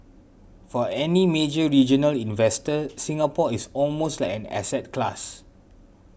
for any major regional investor Singapore is almost like an asset class